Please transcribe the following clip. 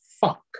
fuck